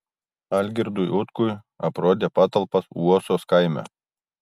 algirdui utkui aprodė patalpas uosos kaime